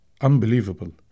unbelievable